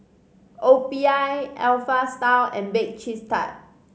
O P I Alpha Style and Bake Cheese Tart